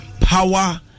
power